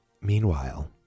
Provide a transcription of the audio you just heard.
Meanwhile